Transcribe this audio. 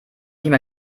nicht